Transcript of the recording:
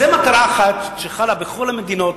זאת מטרה אחת שחלה בכל המדינות,